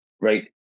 right